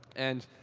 and,